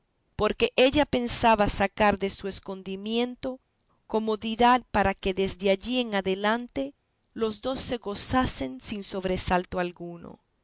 porque ella pensaba sacar de su escondimiento comodidad para que desde allí en adelante los dos se gozasen sin sobresalto alguno